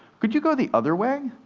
could you go the other way?